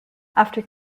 after